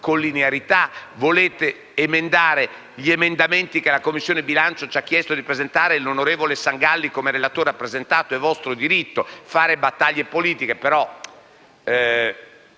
linearità emendando gli emendamenti che la Commissione bilancio ci ha chiesto di presentare e che il senatore Sangalli, come relatore, ha presentato. È vostro diritto fare battaglie politiche, però